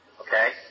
okay